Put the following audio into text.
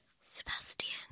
Sebastian